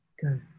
Good